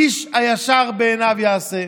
איש הישר בעיניו יעשה.